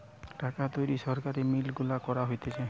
টাকা তৈরী সরকারি মিন্ট গুলাতে করা হতিছে